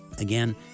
Again